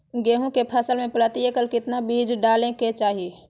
गेहूं के फसल में प्रति एकड़ कितना बीज डाले के चाहि?